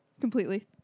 Completely